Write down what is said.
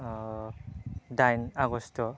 दाइन आगष्ट